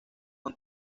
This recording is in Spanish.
los